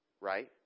right